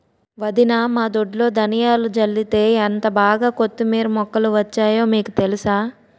వదినా మా దొడ్లో ధనియాలు జల్లితే ఎంటబాగా కొత్తిమీర మొక్కలు వచ్చాయో మీకు తెలుసా?